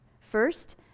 First